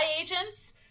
agents